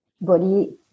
body